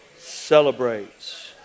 celebrates